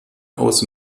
aus